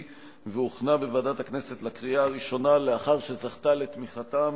והוכנה בוועדת הכנסת לקריאה הראשונה לאחר שזכתה לתמיכתם